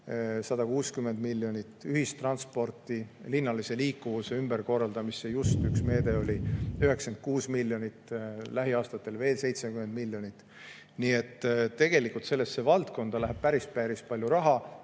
160 miljonit. Ühistransporti, linnalise liikuvuse ümberkorraldamisse, kus just üks meede oli 96 miljonit, läheb lähiaastatel veel 70 miljonit. Nii et tegelikult läheb sellesse valdkonda päris palju raha,